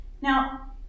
Now